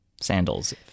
sandals